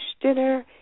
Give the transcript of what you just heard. dinner